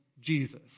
Jesus